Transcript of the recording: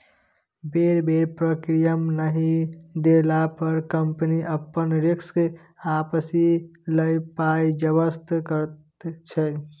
बेर बेर प्रीमियम नहि देला पर कंपनी अपन रिस्क आपिस लए पाइ जब्त करैत छै